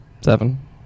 Seven